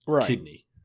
kidney